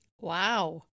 Wow